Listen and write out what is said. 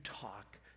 talk